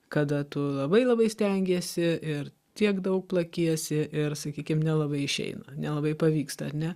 kada tu labai labai stengiesi ir tiek daug plakiesi ir sakykim nelabai išeina nelabai pavyksta ar ne